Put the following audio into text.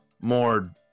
more